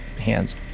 hands